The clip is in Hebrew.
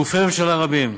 גופי ממשלה רבים,